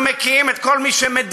אנחנו מקיאים את כל מי שמדיר,